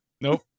nope